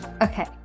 Okay